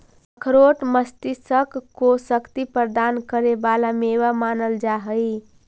अखरोट मस्तिष्क को शक्ति प्रदान करे वाला मेवा मानल जा हई